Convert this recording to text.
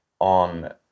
on